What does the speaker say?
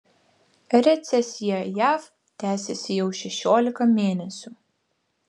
recesija jav tęsiasi jau šešiolika mėnesių